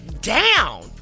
down